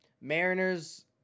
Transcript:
Mariners